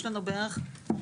דרך אגב,